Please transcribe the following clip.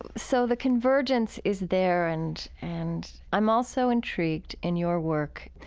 so the convergence is there. and and i'm also intrigued in your work